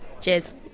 Cheers